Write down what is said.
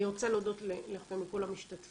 אני רוצה להודות לכל המשתתפים,